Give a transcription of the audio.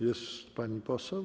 Jest pani poseł?